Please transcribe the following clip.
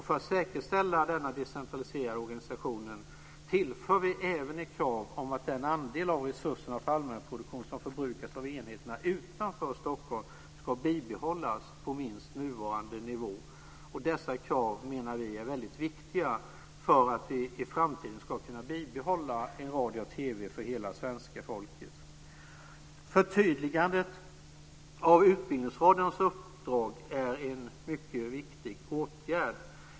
För att säkerställa denna decentraliserade organisation tillför vi även ett krav om att den andel av resurserna för allmänproduktion som förbrukas av enheterna utanför Stockholm ska bibehållas på minst nuvarande nivå. Dessa krav menar vi är väldigt viktiga för att vi i framtiden ska kunna bibehålla en radio och TV för hela svenska folket. Förtydligandet av Utbildningsradions uppdrag är en mycket viktig åtgärd.